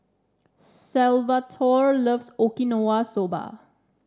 Salvatore loves Okinawa Soba